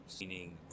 meaning